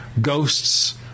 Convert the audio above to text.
Ghosts